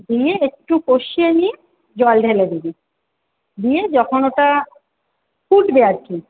দিয়ে একটু কষিয়ে নিয়ে জল ঢেলে দিবি দিয়ে যখন ওটা ফুটবে আর কি